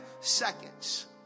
seconds